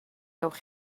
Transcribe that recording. gewch